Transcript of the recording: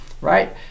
right